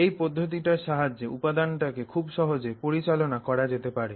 এই পদ্ধতিটার সাহায্যে উপাদানটাকে খুব সহজে পরিচালনা করা যেতে পারে